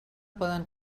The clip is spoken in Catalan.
poden